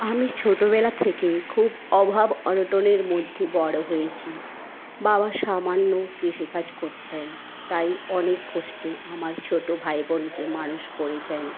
আমি ছোটোবেলা থেকেই খুব অভাব অনটনের মধ্যে বড়ো হয়েছি বাবা সামান্য কৃষিকাজ করতেন তাই অনেক কষ্টে আমার ছোটো ভাইবোনকে মানুষ করেছেন